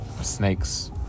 snakes